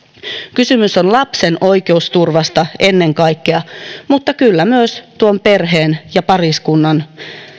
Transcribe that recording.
kysymys on lapsen oikeusturvasta ennen kaikkea mutta kyllä myös tuon perheen ja pariskunnan